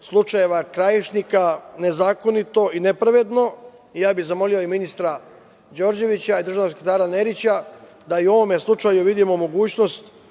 slučajeva Krajišnika, nezakonito i nepravedno. Ja bih zamolio ministra Đorđevića i državnog sekretara Nerića, da i u ovome slučaju vidimo mogućnost